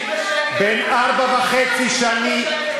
בן ארבע שנים וחצי,